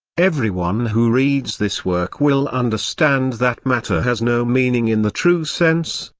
everyone who reads this work will understand that matter has no meaning in the true sense,